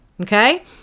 okay